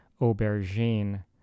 Aubergine